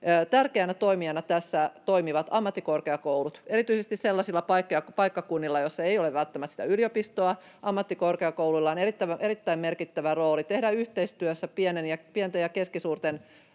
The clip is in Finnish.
Tärkeänä toimijana tässä toimivat ammattikorkeakoulut. Erityisesti sellaisilla paikkakunnilla, joilla ei ole välttämättä sitä yliopistoa, ammattikorkeakouluilla on erittäin merkittävä rooli tehdä yhteistyössä pienten ja keskisuurten